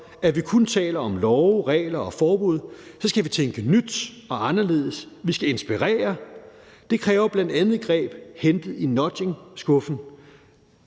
at vi kun taler om love og regler og forbud, skal vi tænke nyt og anderledes. Vi skal inspirere. Det kræver bl.a. greb hentet i nudgingskuffen,